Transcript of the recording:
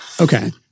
Okay